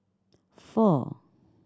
four